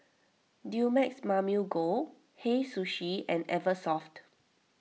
Dumex Mamil Gold Hei Sushi and Eversoft